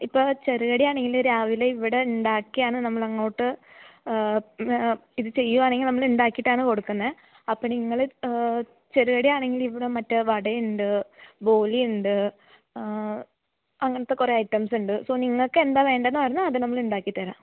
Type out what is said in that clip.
ഇപ്പോള് ചെറുകടിയാണെങ്കില് രാവിലെ ഇവിടെയുണ്ടാക്കിയാണ് നമ്മളങ്ങോട്ട് ഇത് ചെയ്യുകയാണെങ്കില് നമ്മളുണ്ടാക്കിയിട്ടാണ് കൊടുക്കുന്നത് അപ്പോള് നിങ്ങള് ചെറുകടിയാണെങ്കില് ഇവിടെ മറ്റേ വടയുണ്ട് ബോളിയുണ്ട് അങ്ങനത്തെ കുറെ ഐറ്റംസുണ്ട് സോ നിങ്ങള്ക്കെന്താണ് വേണ്ടതെന്ന് പറഞ്ഞാല് അത് നമ്മളുണ്ടാക്കിത്തരാം